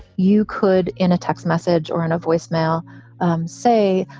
you could in a text message or in a voicemail say,